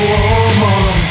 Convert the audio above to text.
Woman